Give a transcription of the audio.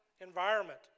environment